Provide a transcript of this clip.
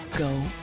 Go